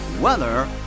Weather